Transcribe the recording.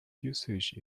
usage